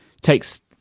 takes